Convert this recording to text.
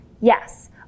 Yes